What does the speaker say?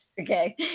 Okay